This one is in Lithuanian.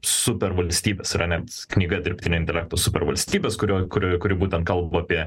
supervalstybės yra net knyga dirbtinio intelekto supervalstybės kurio kurioj kuri būtent kalba apie